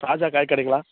ராஜா காய் கடைங்களா